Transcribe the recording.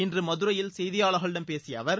இன்று மதுரையில் செய்தியாளர்களிடம் பேசிய அவர்